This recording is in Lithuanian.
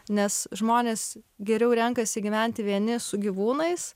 nes žmonės geriau renkasi gyventi vieni su gyvūnais